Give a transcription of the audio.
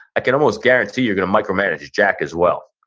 i can almost guarantee you're going to micromanage jack as well.